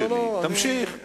תמשיך.